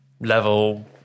level